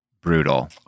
brutal